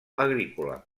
agrícola